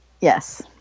yes